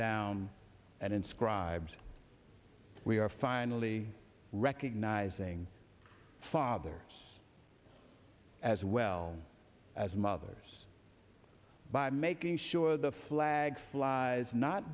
down and inscribed we are finally recognizing fathers as well as mothers by making sure the flag flies not